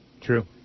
True